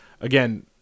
Again